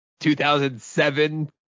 2007